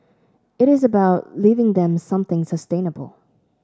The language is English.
it is about leaving them something sustainable